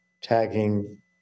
tagging